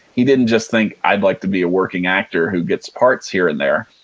he didn't just think, i'd like to be a working actor who gets parts here and there.